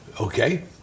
okay